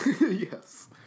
Yes